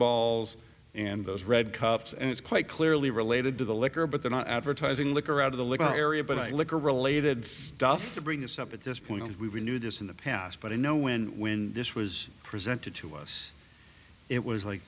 balls and those red cups and it's quite clearly related to the liquor but they're not advertising liquor out of the little area but i like are related stuff to bring this up at this point and we knew this in the past but i know when when this was presented to us it was like